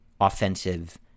offensive